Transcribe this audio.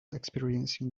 experiencing